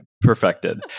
perfected